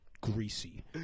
greasy